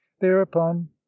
thereupon